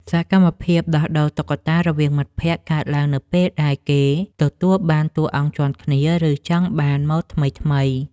សកម្មភាពដោះដូរតុក្កតារវាងមិត្តភក្តិ កើតឡើងនៅពេលដែលគេទទួលបានតួអង្គជាន់គ្នា ឬចង់បានម៉ូដថ្មីៗ។